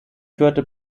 führten